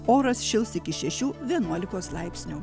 oras šils iki šešių vienuolikos laipsnių